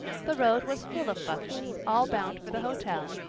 the road was full of buggies, all bound for the hotel,